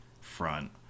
front